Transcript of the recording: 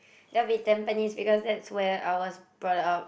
that'll be Tampines because that's where I was brought up